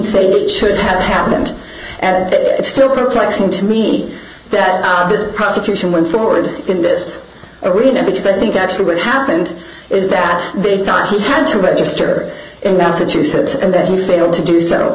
it should have happened and it still perplexing to me that now the prosecution went forward in this arena because i think actually what happened is that they thought he had to register in massachusetts and that he failed to do s